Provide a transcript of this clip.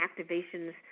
activations